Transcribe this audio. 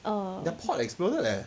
err